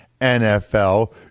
NFL